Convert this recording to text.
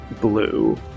blue